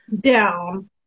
down